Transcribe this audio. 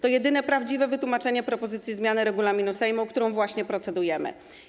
To jedyne prawdziwe wytłumaczenie propozycji zmiany regulaminu Sejmu, nad którą właśnie procedujemy.